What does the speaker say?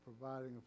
providing